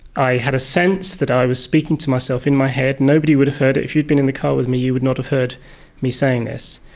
i had a sense that i was speaking to myself in my head, nobody would have heard it. if you had been in the car with me you would not have heard me saying this.